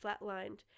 flatlined